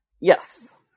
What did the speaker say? Yes